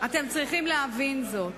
אתם צריכים להבין זאת.